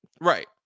Right